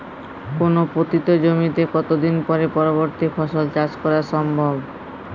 কোনো পতিত জমিতে কত দিন পরে পরবর্তী ফসল চাষ করা সম্ভব?